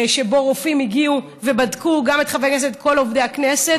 שבו רופאים הגיעו ובדקו גם את חברי הכנסת וגם את כל עובדי הכנסת.